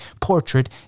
portrait